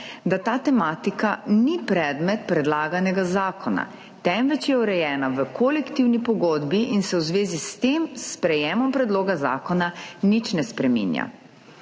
da ta tematika ni predmet predlaganega zakona, temveč je urejena v kolektivni pogodbi in se v zvezi s tem s sprejetjem predloga zakona nič ne spreminja.